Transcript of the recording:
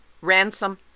ransom